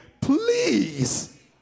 Please